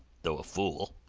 though a fool.